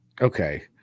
okay